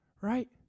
right